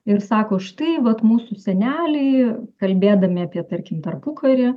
ir sako štai vat mūsų seneliai kalbėdami apie tarkim tarpukarį